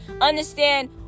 Understand